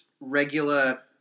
Regular